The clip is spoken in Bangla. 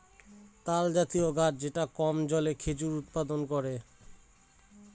তালজাতীয় গাছ যেটা কম জলে খেজুর উৎপাদন করে